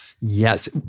Yes